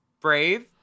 brave